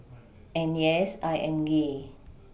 and yes I am gay